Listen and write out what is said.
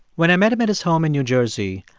when i met him at his home in new jersey,